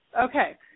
Okay